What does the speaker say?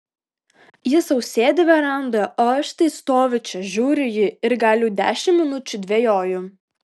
jis sau sėdi verandoje o aš štai stoviu čia žiūriu į jį ir gal jau dešimt minučių dvejoju